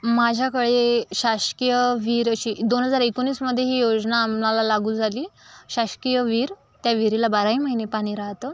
माझ्याकडे शासकीय विहीर अशी दोन हजार एकोणीसमध्ये ही योजना आम्हाला लागू झाली शासकीय विहीर त्या विहिरीला बाराही महिने पाणी राहतं